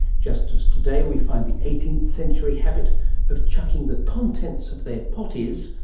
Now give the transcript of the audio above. just as today we find the eighteenth century habit of chucking the contents of their potties,